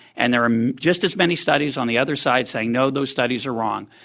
and there are just as many studies on the other side saying, no, those studies are wrong.